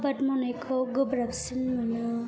आबाद मावनायखौ गोब्राबसिन मोनो